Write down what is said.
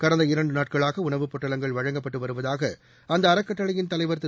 கடந்த இரண்டுநாட்களாகஉணவு பொட்டலங்கள் வழங்கப்பட்டுவருவதாகஅந்தஅறக்கட்டளையின் தலைவர் திரு